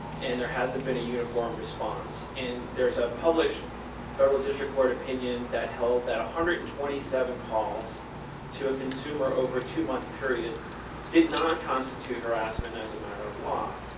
and there hasn't been a uniform response. and there is a published federal district court opinion that held that one hundred and twenty seven calls to a consumer over a two month period did not constitute harassment as a matter of law.